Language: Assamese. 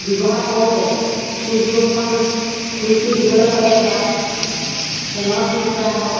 ব্যৱহাৰ কৰোঁতে ছুইচ বৰ্ডখন চুইচটো দিবলৈ হ'লে বা ফেনৰ চুইচ বা হওক